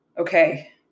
okay